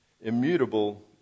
immutable